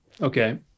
Okay